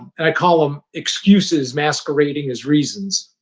and i call them excuses masquerading as reasons.